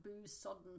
booze-sodden